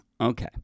Okay